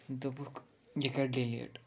دوٚپُکھ یہِ کَر ڈِلیٖٹ